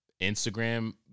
Instagram